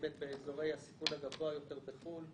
באזורי הסיכון הגבוה ביותר בחו"ל,